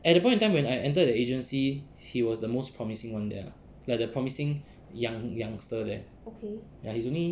at that point in time when I entered the agency he was the most promising one there lah like the promising young youngster there ya he's only